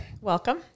Welcome